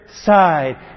side